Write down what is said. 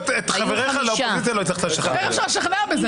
הצבעה מס' 2 בעד ההסתייגות 4 נגד,